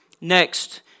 Next